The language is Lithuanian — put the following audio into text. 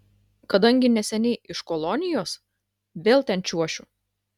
kadangi neseniai iš kolonijos vėl ten čiuošiu